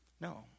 No